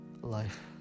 life